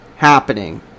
happening